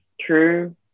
true